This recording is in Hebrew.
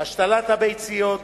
השתלת הביציות,